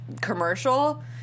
commercial